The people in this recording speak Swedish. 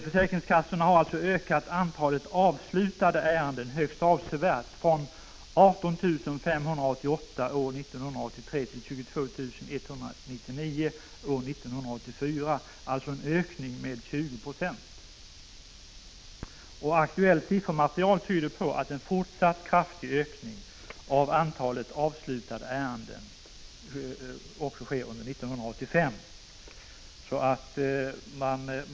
Försäkringskassorna har alltså ökat antalet avslutade ärenden högst avsevärt, från 18 588 år 1983 till 22 199 år 1984 — en ökning med ca 20 26. Aktuellt siffermaterial tyder på en fortsatt kraftig ökning av antalet avslutade ärenden under 1985.